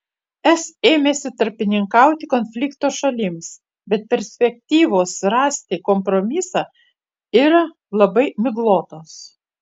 es ėmėsi tarpininkauti konflikto šalims bet perspektyvos rasti kompromisą yra labai miglotos